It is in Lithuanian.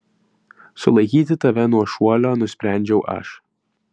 sulaikyti tave nuo šuolio nusprendžiau aš